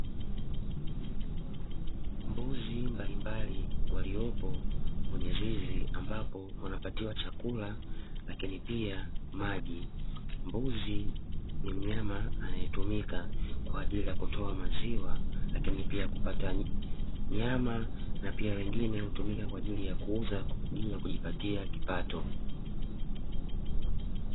Mbuzi mbalimbali waliopo kwenye zizi ambapo wanapatiwa chakula lakini pia maji mbuzi ni mnyama anayetumika kwa ajili ya kutoa maziwa lakini pia kupata nyama na pia wengine hutumika kwa ajili ya kuuza kwaa ajili ya kujipatia kipato.